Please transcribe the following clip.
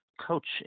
coach